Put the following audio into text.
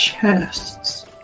Chests